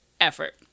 effort